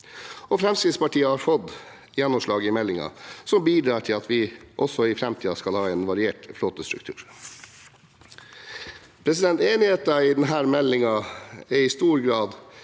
Fremskrittspartiet har også fått gjennomslag i meldingen som bidrar til at vi også i framtiden skal ha en variert flåtestruktur. Enigheten i denne kvotemeldingen er i stor grad